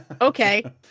Okay